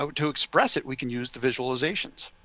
so to express it we can use the visualizations.